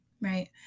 right